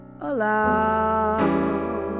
allow